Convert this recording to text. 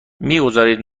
میگذارید